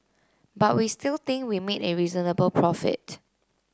but we still think we made a reasonable profit